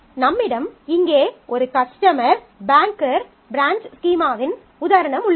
நம்மிடம் இங்கே ஒரு customer banker branch customer banker branch ஸ்கீமாவின் உதாரணம் உள்ளது